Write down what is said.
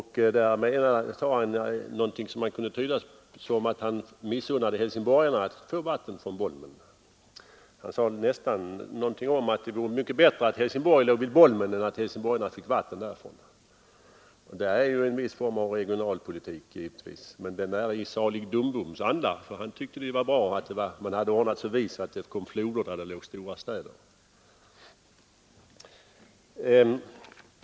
Han sade någonting som kunde tydas så att han missunnade helsingborgarna att få vatten från Bolmen. Han sade det nästan som om han menade att det vore mycket bättre att Helsingborg låg vid Bolmen än att helsingborgarna fick vatten därifrån. Det är ju en viss form av regionalpolitik, men den är i Salig Dumboms anda; denne tyckte att man hade ordnat det så vist att det kom floder där det låg stora städer.